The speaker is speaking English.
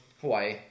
Hawaii